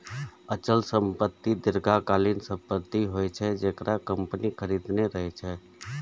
अचल संपत्ति दीर्घकालीन संपत्ति होइ छै, जेकरा कंपनी खरीदने रहै छै